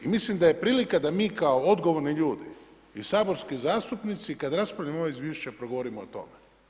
I mislim da je prilika da mi kao odgovorni ljudi i saborski zastupnici kad raspravljamo ova izvješća progovorimo o tome.